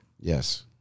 Yes